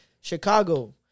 Chicago